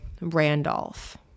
Randolph